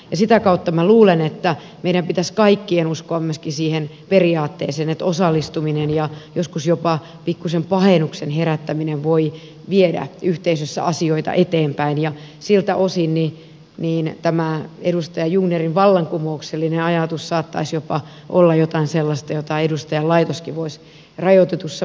ja sitä kautta minä luulen että meidän pitäisi kaikkien uskoa myöskin siihen periaatteeseen että osallistuminen ja joskus jopa pikkuisen pahennuksen herättäminen voi viedä yhteisössä asioita eteenpäin ja siltä osin tämä edustaja jungnerin vallankumouksellinen ajatus saattaisi jopa olla jotain sellaista jota edustajalaitoskin voisi rajoitetussa määrin tukea